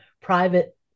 private